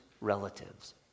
relatives